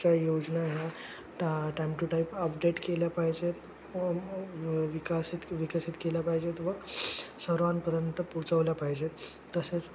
योजना ह्या टा टाईम टू टाईम अपडेट केल्या पाहिजेत विकसित विकसित केल्या पाहिजेत व सर्वांपर्यंत पोचवल्या पाहिजेत तसेच